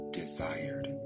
desired